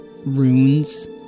runes